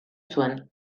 zuen